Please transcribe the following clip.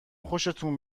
خوشتون